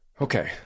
okay